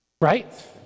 right